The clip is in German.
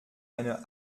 eine